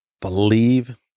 believe